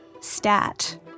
Stat